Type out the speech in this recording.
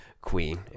queen